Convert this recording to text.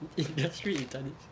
industry in chinese